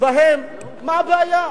מה הבעיה?